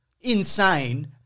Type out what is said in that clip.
insane